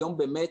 היום באמת